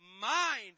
mind